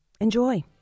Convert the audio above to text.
Enjoy